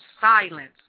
silence